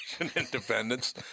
independence